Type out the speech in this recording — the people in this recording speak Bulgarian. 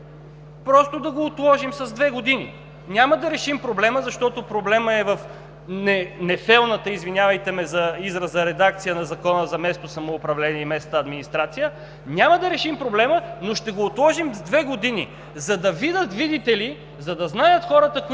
Просто да го отложим с две години! Няма да решим проблема, защото проблемът е в нефелната редакция – извинете ме за израза, на Закона за местното самоуправление и местната администрация. Няма да решим проблема, но ще го отложим с две години, за да видят, видите ли, да знаят хората, които кандидатстват